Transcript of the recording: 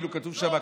כאילו כתוב שם,